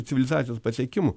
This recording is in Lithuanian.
civilizacijos pasiekimų